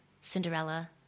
Cinderella